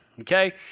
okay